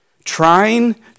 Trying